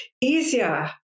easier